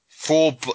Four